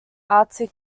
arctic